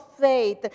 faith